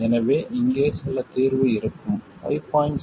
எனவே இங்கே சில தீர்வு இருக்கும் 5